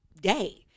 day